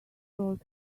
told